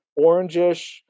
orangish